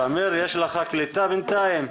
סמיר, יש לך קליטה בינתיים?